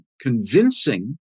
convincing